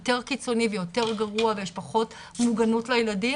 יותר קיצוני ויותר גרוע ויש פחות מוגנות לילדים.